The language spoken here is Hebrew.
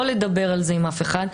לא לדבר על זה עם אף אחד,